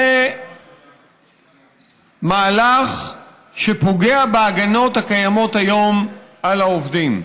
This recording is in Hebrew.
זה מהלך שפוגע בהגנות הקיימות היום על העובדים.